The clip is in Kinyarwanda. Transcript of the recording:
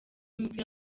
w’umupira